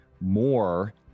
more